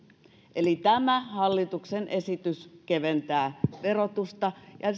eli tämä hallituksen esitys keventää verotusta ja ja